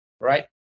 right